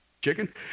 chicken